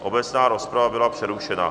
Obecná rozprava byla přerušena.